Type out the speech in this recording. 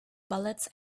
bullets